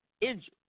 injured